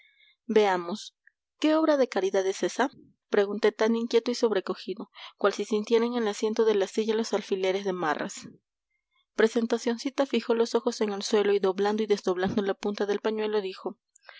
veamos qué obra de caridad es esa pregunté tan inquieto y sobrecogido cual si sintiera en el asiento de la silla los alfileres de marras presentacioncita fijó los ojos en el suelo y doblando y desdoblando la punta del pañuelo dijo